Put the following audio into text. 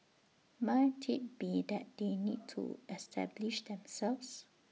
might IT be that they need to establish themselves